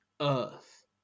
earth